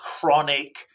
chronic